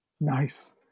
Nice